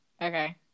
Okay